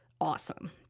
awesome